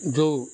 ଦେଉ